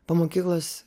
po mokyklos